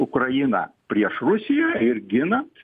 ukrainą prieš rusiją ir ginant